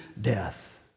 death